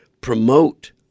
promote